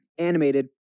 animated